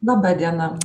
laba diena